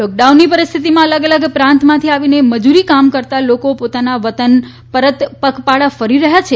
લોક ડાઉનની ૈ રિસ્થિતિમાં અલગ અલગ પ્રાંતમાથી આવીને મજૂરી કામ કરતા લોકો ોતાના વતન રત ગ ાળા ફરી રહ્યા છે